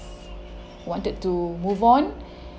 wanted to move on